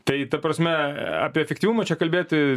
tai ta prasme apie efektyvumą čia kalbėti